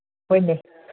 ꯍꯣꯏꯅꯦ